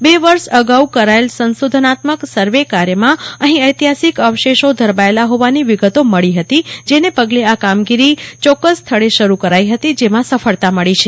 બે વર્ષ અગાઉ જ કરાયેલ સંશોધનાત્મક સર્વે કાર્યમાં અઠ્ઠી ઐતિહાસિક અવશેષો ધરબાયેલા હોવાની વિગતો મળી હતી જેને પગલે આ કામગીરી ચોક્કસ સ્થળે શરુ કરાઈ હતી જેમાં સફળતા મળી છે